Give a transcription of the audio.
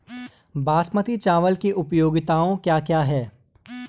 बासमती चावल की उपयोगिताओं क्या क्या हैं?